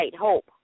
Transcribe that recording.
hope